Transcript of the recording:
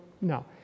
No